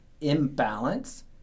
imbalance